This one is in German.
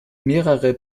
mehrere